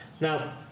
Now